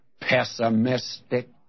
pessimistic